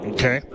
Okay